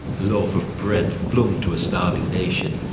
loaf of bread flung to a starving nation.